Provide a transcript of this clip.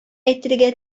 әйтергә